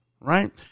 right